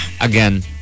again